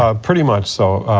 ah pretty much so.